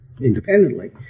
independently